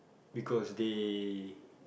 because they